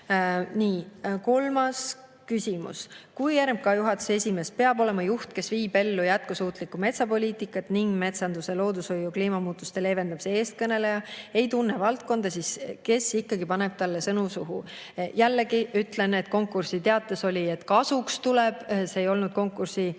nõue. Kolmas küsimus: "Kui RMK juhatuse esimees, [kes] "peab olema juht, kes viib ellu jätkusuutlikku metsapoliitikat ning on metsanduse, loodushoiu ja kliimamuutuste leevendamise eestkõneleja" ei tunne valdkonda, siis kes paneb talle sõnad suhu?" Jällegi ütlen, et konkursiteates oli, et "kasuks tuleb", see ei olnud konkursi